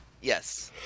Yes